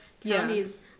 counties